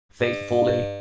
faithfully